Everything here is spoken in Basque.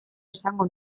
esango